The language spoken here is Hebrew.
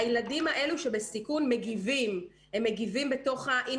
הילדים האלה שבסיכון מגיבים באינסטגרם,